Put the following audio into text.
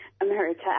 America